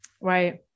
Right